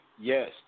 yes